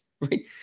right